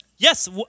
Yes